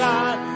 God